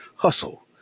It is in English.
Hustle